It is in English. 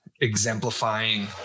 exemplifying